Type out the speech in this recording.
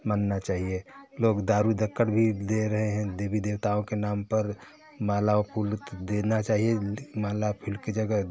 बनना चाहिए लोग दारू ढक्कन भी दे रहे हैं देवी देवताओं के नाम पर मालव कूल देना चाहिए माला फिल की जगह